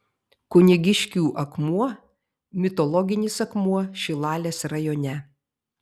kunigiškių akmuo mitologinis akmuo šilalės rajone